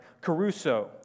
caruso